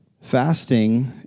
Fasting